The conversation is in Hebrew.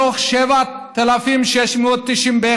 מתוך 7,691,